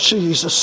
Jesus